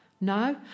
no